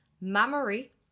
mammary